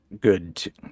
good